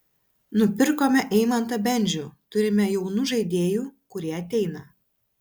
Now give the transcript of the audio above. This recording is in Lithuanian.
nupirkome eimantą bendžių turime jaunų žaidėjų kurie ateina